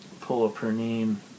pull-up-her-name